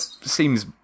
seems